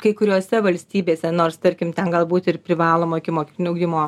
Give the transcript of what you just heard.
kai kuriose valstybėse nors tarkim ten galbūt ir privalomo ikimokyklinio ugdymo